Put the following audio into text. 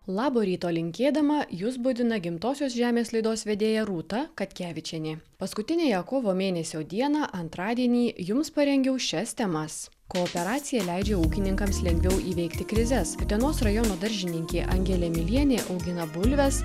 labo ryto linkėdama jus budina gimtosios žemės laidos vedėja rūta katkevičienė paskutiniąją kovo mėnesio dieną antradienį jums parengiau šias temas kooperacija leidžia ūkininkams lengviau įveikti krizes utenos rajono daržininkė angelė milienė augina bulves